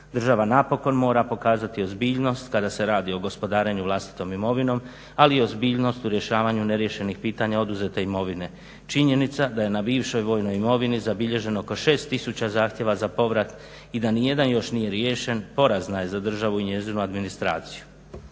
Država napokon mora pokazati ozbiljnost kada se radi o gospodarenju vlastitom imovinom, ali i ozbiljnost u rješavanju neriješenih pitanja oduzete imovine. Činjenica da je na bivšoj vojnoj imovini zabilježeno oko 6000 zahtjeva za povrat i da nijedan još nije riješen, porazna je za državu i njezinu administraciju.